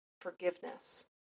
forgiveness